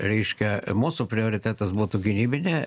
reiškia mūsų prioritetas būtų gynybinė